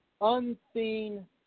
unseen